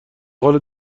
قول